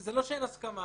זה לא שאין הסכמה.